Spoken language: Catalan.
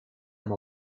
amb